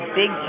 big